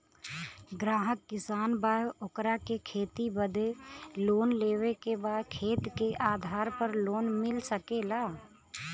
ग्राहक किसान बा ओकरा के खेती बदे लोन लेवे के बा खेत के आधार पर लोन मिल सके ला?